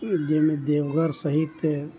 जाहिमे देवघर सहित